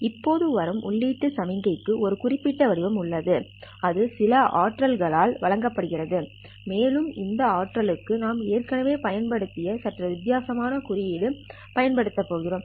இப்போது வரும் உள்ளீட்டு சமிக்ஞைக்கு ஒரு குறிப்பிட்ட வடிவம் உள்ளது அது சில ஆற்றல்களால் வழங்கப்படுகிறது மேலும் இந்த ஆற்றல்க்கு நாம் ஏற்கனவே பயன்படுத்திய சற்று வித்தியாசமான குறியீடு பயன்படுத்தப் போகிறோம்